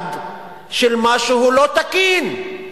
חשד של משהו לא תקין.